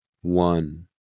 one